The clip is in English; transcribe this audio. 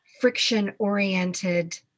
friction-oriented